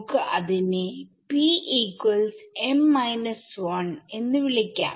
നമുക്ക് അതിനെ എന്ന് വിളിക്കാം